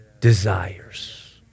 desires